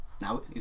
Now